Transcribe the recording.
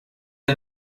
the